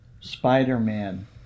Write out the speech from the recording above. spider-man